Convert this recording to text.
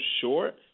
short